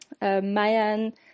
Mayan